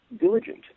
diligent